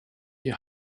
die